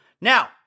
Now